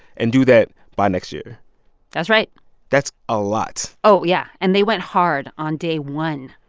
and do that by next year that's right that's a lot oh, yeah. and they went hard on day one.